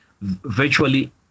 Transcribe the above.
virtually